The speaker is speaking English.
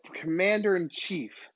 commander-in-chief